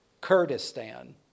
Kurdistan